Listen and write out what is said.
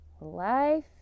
life